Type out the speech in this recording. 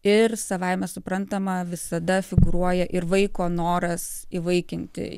ir savaime suprantama visada figūruoja ir vaiko noras įvaikinti